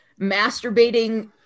masturbating